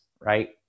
right